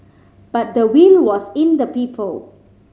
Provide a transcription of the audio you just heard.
but the will was in the people